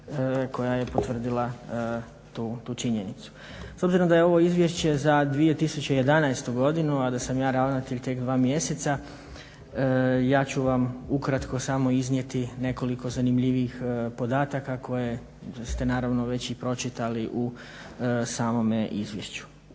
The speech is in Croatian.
koja je potvrdila tu činjenicu. S obzirom da je ovo izvješće za 2011. godinu, a da sam ja ravnatelj tek dva mjeseca ja ću vam ukratko samo iznijeti nekoliko zanimljivijih podataka koje ste naravno već i pročitali u samome izvješću.